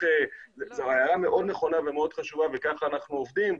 זו הערה מאוד נכונה ומאוד חשובה וכך אנחנו עובדים.